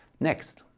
next.